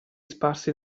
sparsi